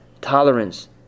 Tolerance